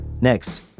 Next